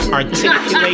Articulate